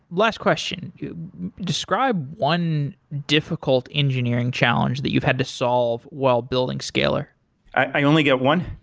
last question describe one difficult engineering challenge that you've had to solve while building scalyr i only get one?